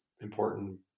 important